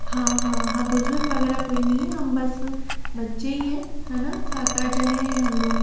हाँ हाँ बुजुर्ग वगैरह कोई नहीं है हम बस बच्चे ही है है ना सात आठ जने हैं हम लोग